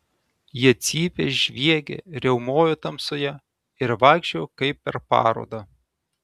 jie cypė žviegė riaumojo tamsoje ir vaikščiojo kaip per parodą